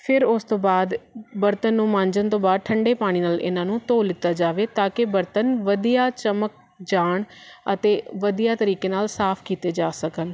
ਫਿਰ ਉਸ ਤੋਂ ਬਾਅਦ ਬਰਤਨ ਨੂੰ ਮਾਂਜਣ ਤੋਂ ਬਾਅਦ ਠੰਡੇ ਪਾਣੀ ਨਾਲ ਇਹਨਾਂ ਨੂੰ ਧੋ ਲਿੱਤਾ ਜਾਵੇ ਤਾਂ ਕਿ ਬਰਤਨ ਵਧੀਆ ਚਮਕ ਜਾਣ ਅਤੇ ਵਧੀਆ ਤਰੀਕੇ ਨਾਲ ਸਾਫ ਕੀਤੇ ਜਾ ਸਕਣ